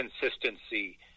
consistency